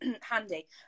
handy